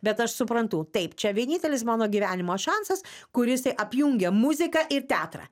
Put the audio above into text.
bet aš suprantu taip čia vienintelis mano gyvenimo šansas kurisai apjungia muziką ir teatrą